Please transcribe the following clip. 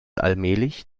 allmählich